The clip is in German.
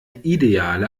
ideale